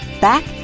back